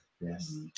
Yes